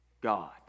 God